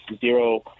zero